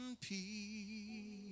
Peace